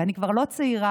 ואני כבר לא צעירה,